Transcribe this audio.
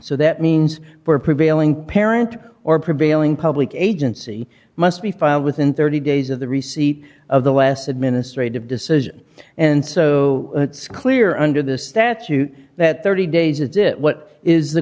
so that means for prevailing parent or prevailing public agency must be filed within thirty days of the receipt of the last administrative decision and so it's clear under the statute that thirty days is it what is the